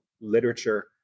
literature